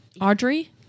Audrey